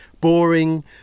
boring